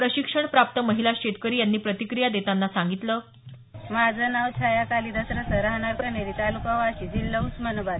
प्रशिक्षण प्राप्त महिला शेतकरी यांनी प्रतिक्रिया देतांना सांगितलं माझं नाव छाया कालिदास रसाळ राहणार कन्हेरी तालुका वाशी जिल्हा उस्मानाबाद